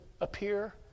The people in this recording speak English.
appear